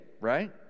right